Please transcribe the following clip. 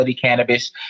cannabis